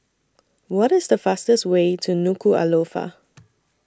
What IS The fastest Way to Nuku'Alofa